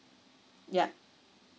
yup